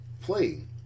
playing